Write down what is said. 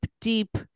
deep